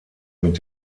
mit